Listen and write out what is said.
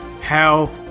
Hell